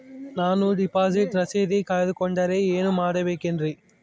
ನಾನು ಡಿಪಾಸಿಟ್ ರಸೇದಿ ಕಳೆದುಹೋದರೆ ಏನು ಮಾಡಬೇಕ್ರಿ?